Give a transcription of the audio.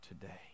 today